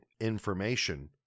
information